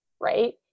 right